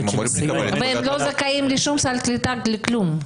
אבל הם לא זכאים לשום סל קליטה, לכלום.